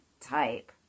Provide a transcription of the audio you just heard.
type